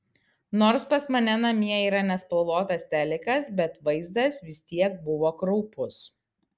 nors pas mane namie yra nespalvotas telikas bet vaizdas vis tiek buvo kraupus